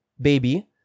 baby